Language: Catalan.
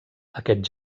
aquest